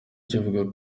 kivuga